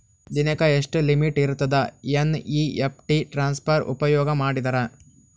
ದಿನಕ್ಕ ಎಷ್ಟ ಲಿಮಿಟ್ ಇರತದ ಎನ್.ಇ.ಎಫ್.ಟಿ ಟ್ರಾನ್ಸಫರ್ ಉಪಯೋಗ ಮಾಡಿದರ?